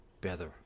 better